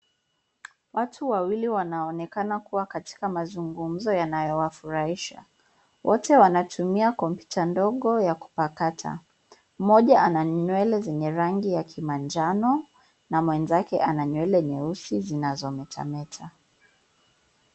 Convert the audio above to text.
Watu wawili wanaonekana kuwa katika mazungumzo yanayowafurahisha, wote wanatumia kompyuta ndogo ya kupakata. Mmoja ana nywele zenye rangi ya kimanjano na mwenzake ana nywele nyeusi zinazometameta.